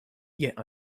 yet